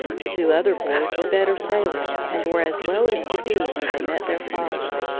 the two other boys were better sailors and were as well as could be when they met their father.